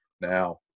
Now